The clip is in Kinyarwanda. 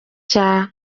cya